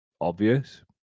obvious